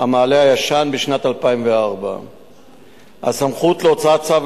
המעלה הישן בשנת 2004. הסמכות להוצאת צו